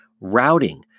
routing